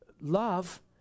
Love